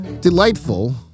delightful